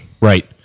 right